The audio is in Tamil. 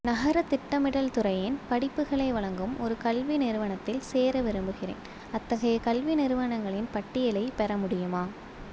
நகர திட்டமிடல் துறையில் படிப்புகளை வழங்கும் ஒரு கல்வி நிறுவனத்தில் சேர விரும்புகிறேன் அத்தகைய கல்வி நிறுவனங்களின் பட்டியலை பெற முடியுமா